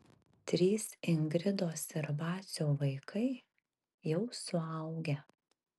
trys ingridos ir vacio vaikai jau suaugę